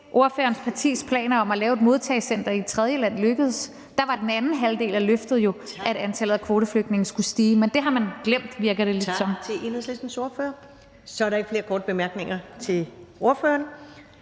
ordførerens partis planer om at lave et modtagecenter i et tredjeland lykkes. Der var den anden halvdel af løftet jo, at antallet af kvoteflygtninge skulle stige. Men det har man glemt, virker det lidt som